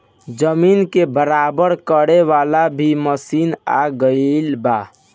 जमीन के बराबर करे वाला भी मशीन आ गएल बा